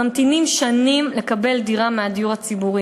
ממתינים שנים לדירה מהדיור הציבורי.